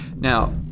Now